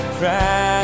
try